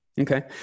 okay